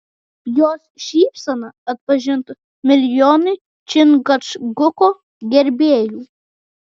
jos šypseną atpažintų milijonai čingačguko gerbėjų